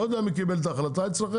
לא יודע מי קיבל את ההחלטה אצלכם.